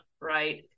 right